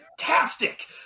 fantastic